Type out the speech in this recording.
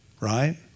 right